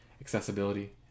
accessibility